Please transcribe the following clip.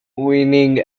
leaning